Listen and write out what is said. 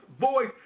voice